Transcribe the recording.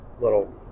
little